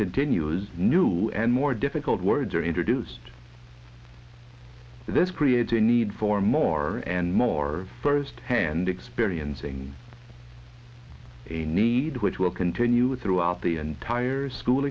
continues new and more difficult words are introduced this creates a need for more and more firsthand experiencing a need which will continue throughout the entire school